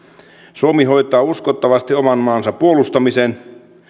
suomi hoitaa uskottavasti oman maansa puolustamisen